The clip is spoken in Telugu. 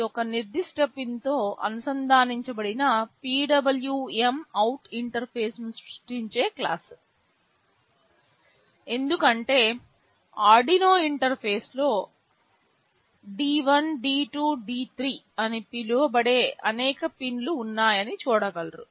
ఇది ఒక నిర్దిష్ట పిన్తో అనుసంధానించబడిన PwmOut ఇంటర్ఫేస్ను సృష్టించే క్లాస్ ఎందుకంటే ఆర్డునో ఇంటర్ఫేస్లో D1 D2 D3 అని పిలువబడే అనేక పిన్లు ఉన్నాయని చూడగలరు